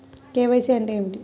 KYC అంటే ఏమిటి?